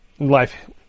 Life